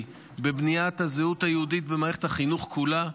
בבניית הזהות היהודית במערכת החינוך כולה,